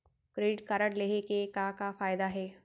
Credit card लेहे के का का फायदा हे?